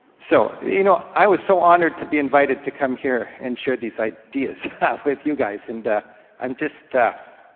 so you know i was so honored to be invited to come here and share these ideas with you guys, and i'm just,